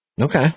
Okay